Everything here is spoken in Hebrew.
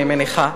אני מניחה.